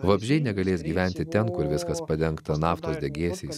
vabzdžiai negalės gyventi ten kur viskas padengta naftos degėsiais